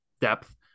depth